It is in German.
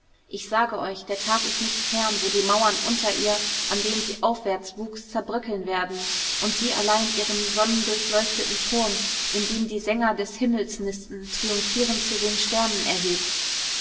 ich sage euch der tag ist nicht fern wo die mauern unter ihr an denen sie aufwärts wuchs zerbröckeln werden und sie allein ihren sonnendurchleuchteten turm in dem die sänger des himmels nisten triumphierend zu den sternen erhebt